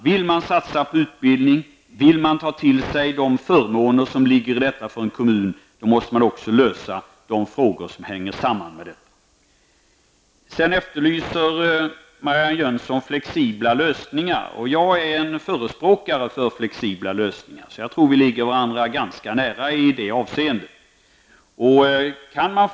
Vill man satsa på utbildning och ha de förmåner som detta innebär för en kommun, måste man också lösa de frågor som hänger samman med detta. Marianne Jönsson efterlyser flexibla lösningar. Jag är en förespråkare för flexibla lösningar. Jag tror att vi står varandra ganska nära i det avseendet.